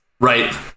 Right